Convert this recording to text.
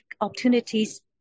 opportunities